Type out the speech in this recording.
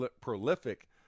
prolific